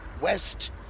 west